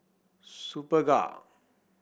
Superga